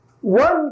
One